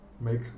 make